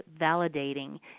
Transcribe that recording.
validating